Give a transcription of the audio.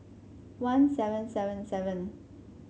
one seven seven seven